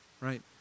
right